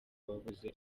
babuze